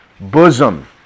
bosom